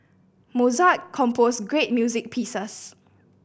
Mozart composed great music pieces